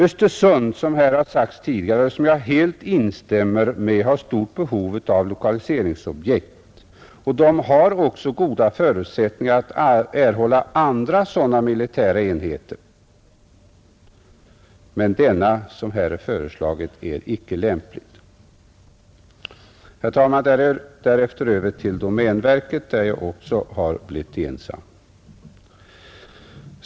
Jag instämmer helt i vad som sagts tidigare om att Östersund har stort behov av lokaliseringsobjekt. Staden har också goda förutsättningar att erhålla andra militära enheter, men den här föreslagna är icke lämplig. Herr talman! Jag går därefter över till domänverket. Även därvidlag har jag blivit ensam om att reservera mig.